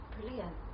Brilliant